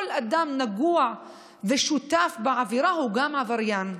כל אדם נגוע ושותף לעבירה הוא גם עבריין.